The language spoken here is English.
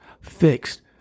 fixed